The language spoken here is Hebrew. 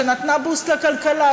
שנתנה boost לכלכלה,